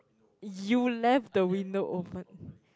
you left the window open